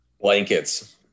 Blankets